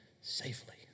safely